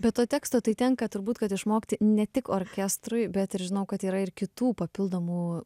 be to teksto tai tenka turbūt kad išmokti ne tik orkestrui bet ir žinau kad yra ir kitų papildomų